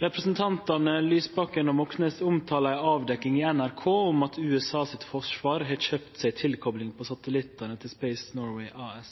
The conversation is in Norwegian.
Representantane Lysbakken og Moxnes omtalar ei avdekking i NRK av at USAs forsvar har kjøpt seg tilkopling på satellittane til Space Norway AS.